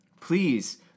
please